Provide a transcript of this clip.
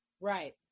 Right